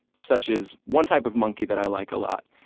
such as one type of monkey that i like a lot,